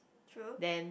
true